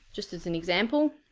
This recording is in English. just as an example,